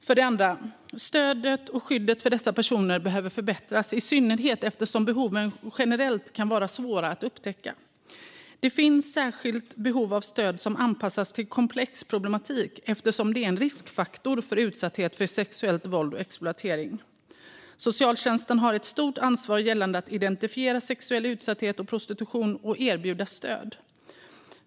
För det andra behöver stödet och skyddet för dessa personer förbättras, i synnerhet eftersom behoven generellt kan vara svåra att upptäcka. Det finns ett särskilt behov av stöd som anpassas till komplex problematik eftersom det är en riskfaktor för utsatthet för sexuellt våld och exploatering. Socialtjänsten har ett stort ansvar gällande att identifiera sexuell utsatthet och prostitution och erbjuda stöd.